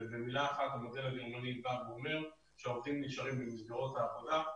ובמילה אחת המודל הגרמני אומר שהעובדים נשארים במסגרות העבודה,